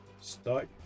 Start